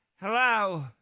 Hello